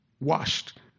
washed